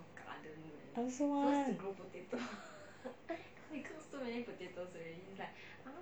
I also want